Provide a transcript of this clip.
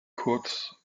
kurz